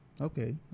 Okay